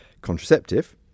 contraceptive